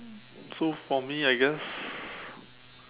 so for me I guess